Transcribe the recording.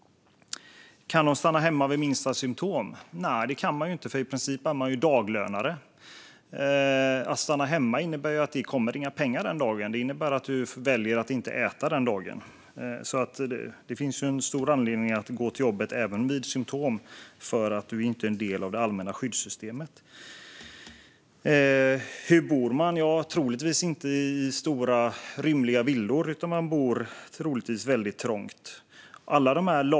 Kan de stanna hemma vid minsta symtom? Nej, det kan de inte, eftersom de i princip är daglönare. Att stanna hemma innebär att det inte kommer några pengar den dagen. Och det innebär att de den dagen väljer att inte äta. Det finns därför en stor anledning för dem att gå till jobbet även vid symtom eftersom de inte är en del av det allmänna skyddssystemet. Hur bor dessa människor? Troligtvis bor de inte i stora och rymliga villor utan väldigt trångt.